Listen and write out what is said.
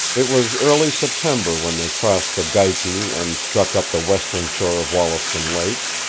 it was early september when they crossed the geikie and struck up the western shore of wollaston lake.